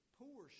poor